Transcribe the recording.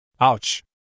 Ouch